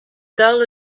girl